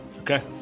Okay